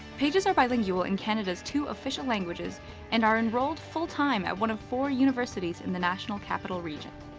pages are bilingual in canada's two official languages and are enrolled full-time at one of four universities in the national capital region.